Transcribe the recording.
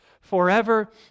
forever